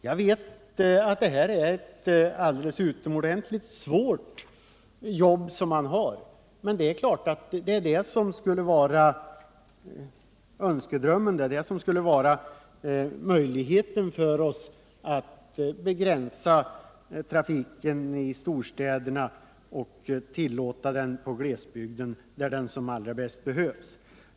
Jag vet att det här är ett utomordentligt svårt arbete, men det är klart att önskedrömmen är att begränsa trafiken i storstäderna och tillåta den på glesbygden där den bäst behövs.